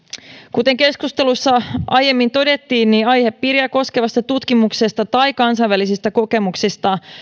kuten keskustelussa aiemmin todettiin aihepiiriä koskevasta tutkimuksesta tai kansainvälisistä kokemuksista